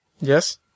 Yes